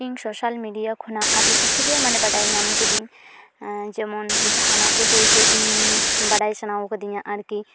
ᱤᱧ social media ᱠᱷᱚᱱᱟᱜ ᱟᱹᱰᱤ ᱠᱤᱪᱷᱩᱜᱮ ᱢᱟᱱᱮ ᱵᱟᱰᱟᱭ ᱧᱟᱢ ᱟᱠᱟᱫᱤᱧ ᱡᱮᱢᱚᱱ ᱡᱟᱦᱟᱱᱟᱜ ᱜᱮ ᱦᱚᱭᱛᱳ ᱤᱧ ᱵᱟᱰᱟᱭ ᱥᱟᱱᱟᱣ ᱠᱟᱫᱤᱧᱟ ᱟᱨᱠᱤ